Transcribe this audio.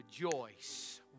rejoice